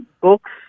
books